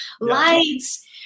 lights